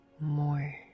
more